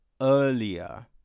earlier